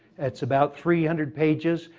it's about three hundred pages.